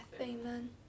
Amen